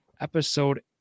Episode